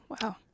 wow